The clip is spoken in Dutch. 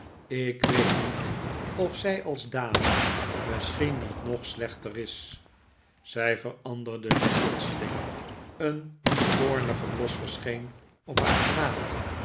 ik weet niet of zij als dame misschien niet nog slechter is zij veranderde nu plotseling een toornige bios verscheen op haar gelaat